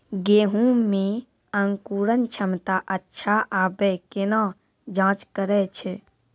गेहूँ मे अंकुरन क्षमता अच्छा आबे केना जाँच करैय छै?